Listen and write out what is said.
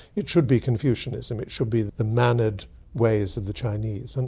it should be confucianism, it should be the mannered ways of the chinese, and